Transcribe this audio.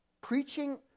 preaching